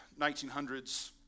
1900s